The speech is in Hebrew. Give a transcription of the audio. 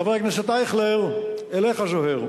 חבר הכנסת אייכלר, "אליך, זוהיר"